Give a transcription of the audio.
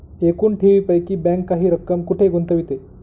एकूण ठेवींपैकी बँक काही रक्कम कुठे गुंतविते?